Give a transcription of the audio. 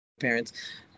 parents